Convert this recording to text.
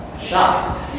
shocked